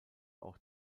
auch